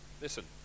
Listen